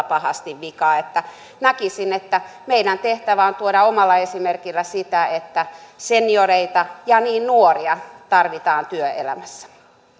pahasti vikaan näkisin että meidän tehtävämme on tuoda omalla esimerkillämme sitä että niin senioreita kuin nuoria tarvitaan työelämässä